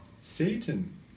Satan